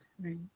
Right